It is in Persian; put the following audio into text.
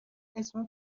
اسمم